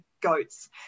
goats